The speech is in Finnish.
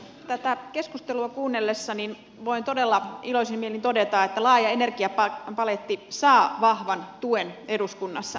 tätä keskustelua kuunnellessa voin todella iloisin mielin todeta että laaja energiapaletti saa vahvan tuen eduskunnassamme